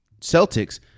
Celtics